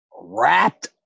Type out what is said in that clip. wrapped